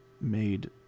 made